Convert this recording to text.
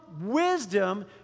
wisdom